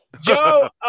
Joe